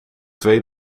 twee